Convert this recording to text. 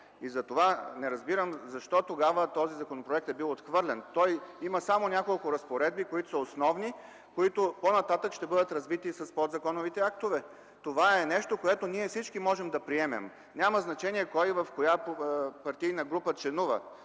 запазени. Не разбирам защо тогава този законопроект е бил отхвърлен. Той има само няколко разпоредби, които са основни, и по-нататък ще бъдат развити с подзаконовите актове. Това е нещо, което ние всички можем да приемем. Няма значение кой в коя партийна група членува